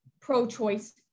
pro-choice